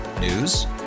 News